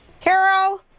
Carol